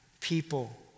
people